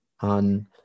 on